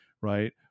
right